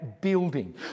building